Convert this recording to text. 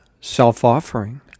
self-offering